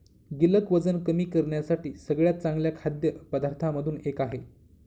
गिलक वजन कमी करण्यासाठी सगळ्यात चांगल्या खाद्य पदार्थांमधून एक आहे